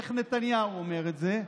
איך נתניהו אומר את זה?